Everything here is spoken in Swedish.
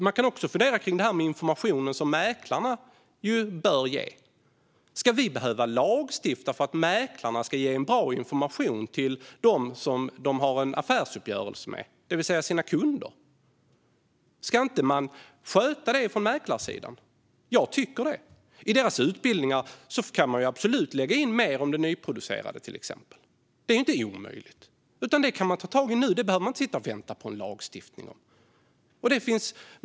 Man kan också fundera kring informationen som mäklarna bör ge. Ska vi behöva lagstifta för att mäklarna ska ge en bra information till dem som de har en affärsuppgörelse med, det vill säga sina kunder? Ska man inte sköta det från mäklarsidan? Jag tycker det. I deras utbildningar kan man absolut lägga in mer om till exempel det nyproducerade. Det är inte omöjligt. Det kan man ta tag i nu. Det behöver man inte sitta och vänta på en lagstiftning om.